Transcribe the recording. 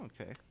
okay